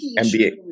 NBA